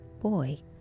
boy